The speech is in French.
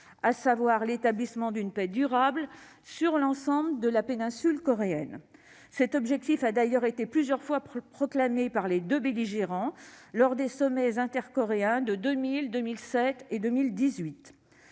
à savoir le rétablissement d'une paix durable sur l'ensemble de la péninsule coréenne. Cet objectif a d'ailleurs été plusieurs fois proclamé par les deux belligérants principaux, lors des sommets intercoréens de 2000, 2007 et 2018.